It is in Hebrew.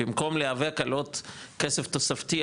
במקום להיאבק על עוד כסף תוספתי,